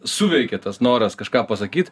suveikia tas noras kažką pasakyt